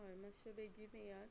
हय मातशे बेगीन येयात